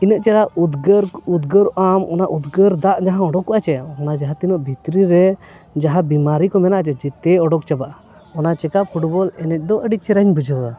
ᱤᱱᱟᱹ ᱪᱮᱦᱨᱟ ᱩᱫᱽᱜᱟᱹᱨ ᱩᱫᱽᱜᱟᱹᱨ ᱟᱢ ᱚᱱᱟ ᱩᱫᱽᱜᱟᱹᱨ ᱫᱟᱜ ᱡᱟᱦᱟᱸ ᱩᱰᱩᱠᱚᱜᱼᱟ ᱪᱮ ᱚᱱᱟ ᱡᱟᱦᱟᱸ ᱛᱤᱱᱟᱹᱜ ᱵᱷᱤᱛᱨᱤ ᱨᱮ ᱡᱟᱦᱟᱸ ᱵᱤᱢᱟᱨᱤ ᱠᱚ ᱢᱮᱱᱟᱜᱼᱟ ᱪᱮ ᱡᱮᱛᱮ ᱚᱰᱚᱠ ᱪᱟᱵᱟᱜᱼᱟ ᱚᱱᱟ ᱪᱮᱠᱟ ᱯᱷᱩᱴᱵᱚᱞ ᱮᱱᱮᱡ ᱫᱚ ᱟᱹᱰᱤ ᱪᱮᱦᱨᱟᱧ ᱵᱩᱡᱷᱟᱹᱣᱟ